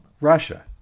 Russia